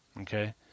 Okay